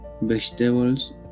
vegetables